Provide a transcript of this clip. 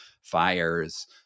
fires